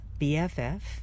BFF